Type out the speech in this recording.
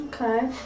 Okay